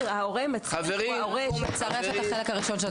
ההורה מצרף את החלק הראשון של תעודת הזהות בלי ספח.